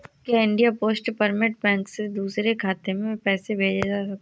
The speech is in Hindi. क्या इंडिया पोस्ट पेमेंट बैंक से दूसरे खाते में पैसे भेजे जा सकते हैं?